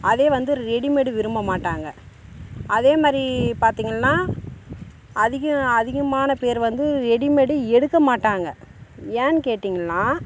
அதே வந்து ரெடிமேடு விரும்ப மாட்டாங்க அதே மாதிரி பார்த்திங்கள்னா அதிகம் அதிகமான பேரு வந்து ரெடிமேடு எடுக்க மாட்டாங்க ஏன் கேட்டிங்கள்னா